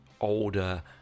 older